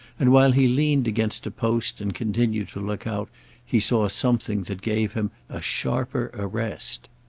and while he leaned against a post and continued to look out he saw something that gave him a sharper arrest.